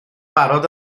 barod